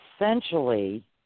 essentially